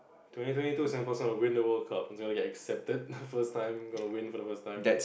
twenty twenty two Singapore's gonna win the World Cup it's gonna get accepted first time gonna win for the first time